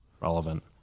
relevant